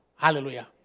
Hallelujah